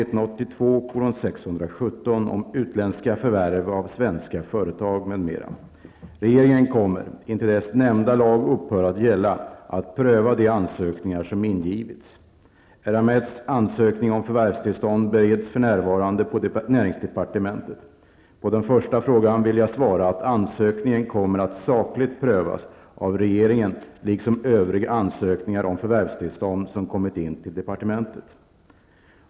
om utländska förvärv av svenska företag m.m. Regeringen kommer, intill dess nämnda lag upphör att gälla, att pröva de ansökningar som ingivits. Eramets ansökning om förvärvstillstånd bereds för närvarande på näringsdepartementet. På den första frågan vill jag svara att ansökningen kommer att sakligt prövas av regeringen liksom övriga ansökningar om förvärvstillstånd som kommit in till departementet.